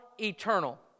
eternal